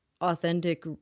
authentic